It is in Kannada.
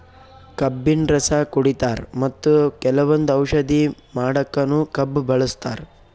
ಕಬ್ಬಿನ್ ರಸ ಕುಡಿತಾರ್ ಮತ್ತ್ ಕೆಲವಂದ್ ಔಷಧಿ ಮಾಡಕ್ಕನು ಕಬ್ಬ್ ಬಳಸ್ತಾರ್